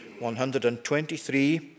123